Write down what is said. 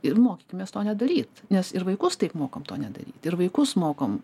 ir mokykimės to nedaryt nes ir vaikus taip mokom to nedaryt ir vaikus mokom